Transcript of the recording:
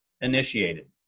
initiated